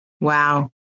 Wow